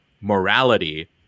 morality